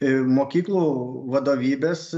ir mokyklų vadovybės